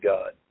God